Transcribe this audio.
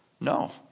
No